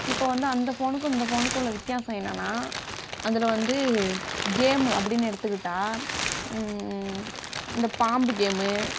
இப்போது வந்து அந்த ஃபோனுக்கும் இந்த ஃபோனுக்கும் உள்ள வித்யாசம் என்னென்னா அதில் வந்து கேம் அப்படின்னு எடுத்துக்கிட்டால் இந்த பாம்பு கேமு